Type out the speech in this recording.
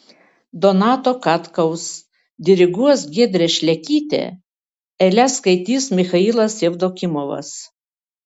donato katkaus diriguos giedrė šlekytė eiles skaitys michailas jevdokimovas